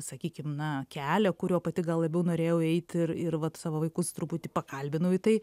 sakykim na kelią kuriuo pati gal labiau norėjau eiti ir ir vat savo vaikus truputį pakalbinau į tai